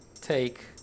Take